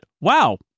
wow